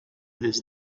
his